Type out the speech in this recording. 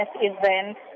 event